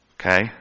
Okay